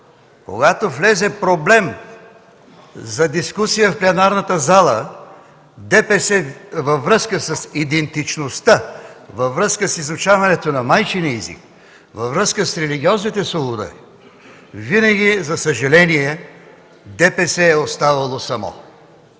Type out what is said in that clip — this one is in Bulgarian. когато влезе проблем за дискусия в пленарната зала във връзка с идентичността, с изучаването на майчиния език, с религиозните свободи, винаги, за съжаление, ДПС е оставало само!